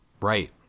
Right